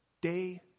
day